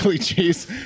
Cheese